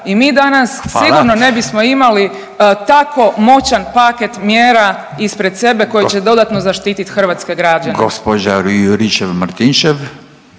i mi danas sigurno ne bismo imali tako moćan paket mjera ispred sebe koji će dodatno zaštititi hrvatske građane.